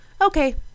Okay